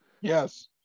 Yes